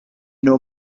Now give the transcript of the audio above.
know